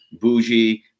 bougie